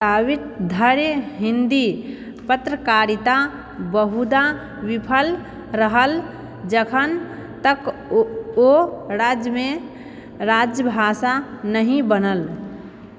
ताबति धरि हिन्दी पत्रकारिता बहुधा विफल रहल जखन तक ओ राज्यमे राजभाषा नहि बनल